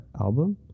album